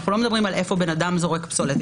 לא מדובר על איפה הבן אדם זורק פסולת,